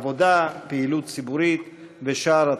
עבודה, פעילות ציבורית ושאר התחומים.